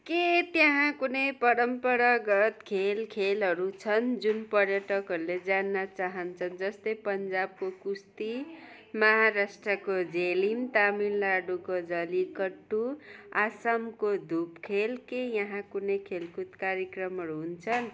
के त्यहाँ कुनै परम्परागत खेल खेलहरू छन् जुन पर्यटकहरूले जान्न चाहन्छन् जस्तै पन्जाबको कुस्ती महाराष्ट्रको झेलिम तामिलनाडूको झलिकट्टू आसामको धुप खेल के यहाँ कुनै खेलकुद कार्यक्रमहरू हुन्छन्